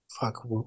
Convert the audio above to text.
fuck